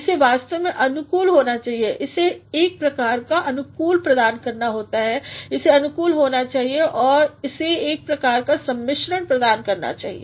इसे वास्तव मेंअनुकूल होना चाहिए इसेएक प्रकार का अनुकूल प्रदान करना चाहिए इसे अनुकूल होना चाहिए इसे एक प्रकार कासम्मिश्रणप्रदान करना चाहिए